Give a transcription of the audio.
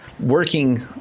working